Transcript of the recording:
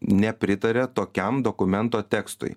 nepritaria tokiam dokumento tekstui